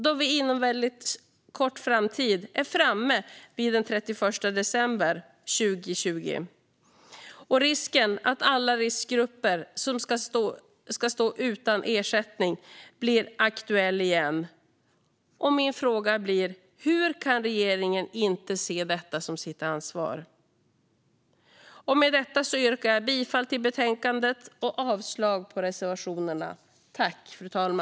Vi är inom kort framme vid den 31 december 2020, och risken att de i riskgrupp står utan ersättning blir då åter aktuell. Hur kan regeringen inte se detta som sitt ansvar? Jag yrkar bifall till utskottets förslag och avslag på reservationerna.